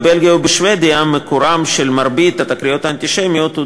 בבלגיה ובשבדיה מקורן של מרבית התקריות האנטישמיות הוא